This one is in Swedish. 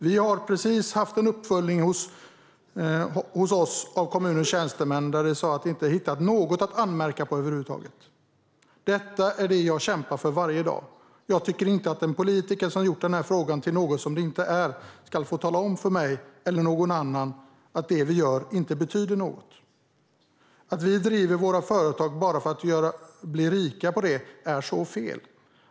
Vi har precis haft en uppföljning hos oss gjord av kommunens tjänstemän. De sa att de inte hade hittat något att anmärka på över huvud taget. Detta är det jag kämpar för varje dag. Jag tycker inte att en politiker, som har gjort den här frågan till något som den inte är, ska få tala om för mig eller någon annan att det vi gör inte betyder något. Att vi driver våra företag bara för att bli rika är så fel.